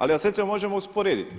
Ali vas recimo možemo usporediti,